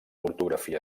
ortografia